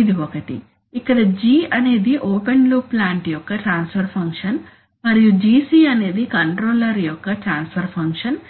ఇది ఒకటి ఇక్కడ G అనేది ఓపెన్ లూప్ ప్లాంట్ యొక్క ట్రాన్స్ఫర్ ఫంక్షన్ మరియు Gc అనేది కంట్రోలర్ యొక్క ట్రాన్స్ఫర్ ఫంక్షన్